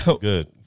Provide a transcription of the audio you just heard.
Good